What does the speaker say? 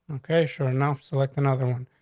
okay, sure, enough. select another one.